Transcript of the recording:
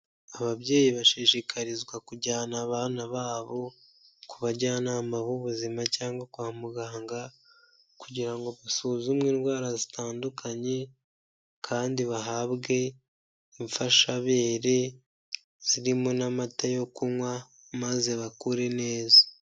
Aabyeyi bashishikarizwa kujyana abana babo ku bajyanama b'ubuzima cyangwa kwa muganga kugira ngo basuzumwe indwara zitandukanye kandi bahabwe imfashabere, zirimo n'amata yo kunywa maze bakure neza.